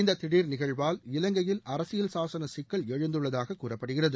இந்த திடீர் நிகழ்வால் இலங்கையில் அரசியல் சாசன சிக்கல் எழுந்துள்ளதாக கூறப்படுகிறது